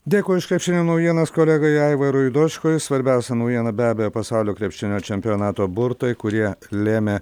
dėkui už krepšinio naujienas kolegai aivarui dočkui svarbiausia naujiena be abejo pasaulio krepšinio čempionato burtai kurie lėmė